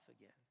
again